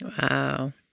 wow